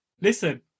listen